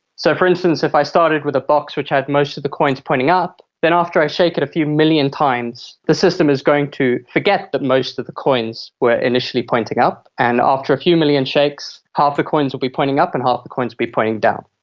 so for instance, if i started with a box which had most of the coins pointing up, then after i shake it a few million times the system is going to forget that most of the coins were initially pointing up, and after a few million shakes, half the coins will be pointing up and half the coins will be pointing down.